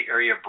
Area